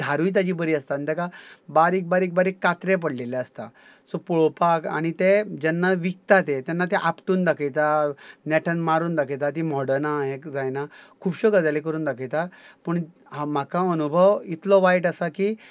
धारूय ताची बरी आसता आनी ताका बारीक बारीक बारीक कात्रे पडिल्ले आसता सो पळोपाक आनी ते जेन्ना विकता ते तेन्ना ते आपटून दाखयता नेटान मारून दाखयता ती मोडना हें जायना खुबश्यो गजाली करून दाखयता पूण म्हाका अणभव इतलो वायट आसा की